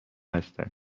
هستن